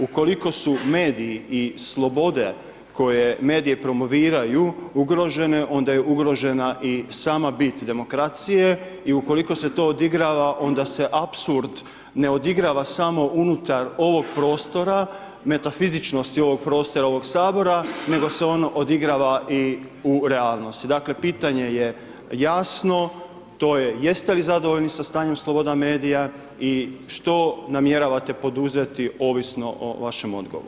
Ukoliko su mediji i slobode koje medije promoviraju ugrožene, onda je ugrožena i sama bit demokracije, i ukoliko se to odigrava, onda se apsurd ne odigrava samo unutar ovog prostora, metafizičnosti ovog prostora i ovog Sabora nego se ono odigrava i u realnosti, dakle pitanje je jasno, to je, jeste li zadovoljni sa stanjem sloboda medija i što namjeravate poduzeti ovisno o vašem odgovoru.